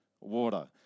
water